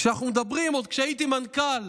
כשאנחנו מדברים, עוד כשהייתי מנכ"ל